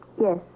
Yes